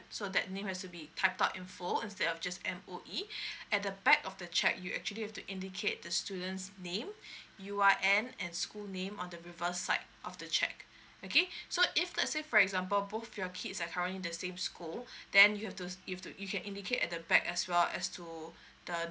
so that name has to be typed out in full instead of just M_O_E at the back of the cheque you actually have to indicate the student's name U I N and school name on the reversed side of the cheque okay so if let's say for example both your kids are currently in the same school then you have to you to you can indicate at the back as well as to the